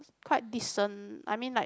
quite decent I mean like